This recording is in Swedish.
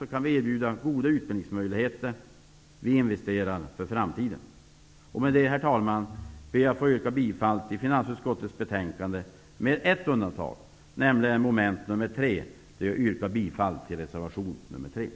Socialdemokraterna ställer sig dess värre vid sidan av och förespråkar åtgärder som gör att färre ungdomar får del av de arbetsmarknadspolitiska åtgärderna. Därför måste jag fråga